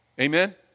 Amen